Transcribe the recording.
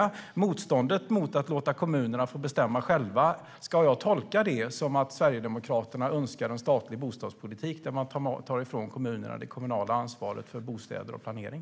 Ska jag tolka motståndet mot att låta kommunerna bestämma själva som att Sverigedemokraterna önskar en statlig bostadspolitik som tar ifrån kommunerna ansvaret för bostäder och planering?